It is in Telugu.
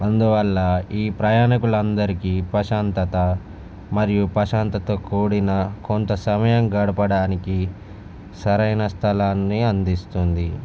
అందువల్ల ఈ ప్రయాణీకులు అందరికి ప్రశాంతత మరియు ప్రశాంతతతో కూడిన కొంత సమయం గడపడానికి సరైన స్థలాన్ని అందిస్తుంది